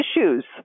issues